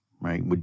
right